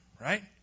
right